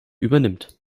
übernimmt